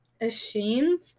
ashamed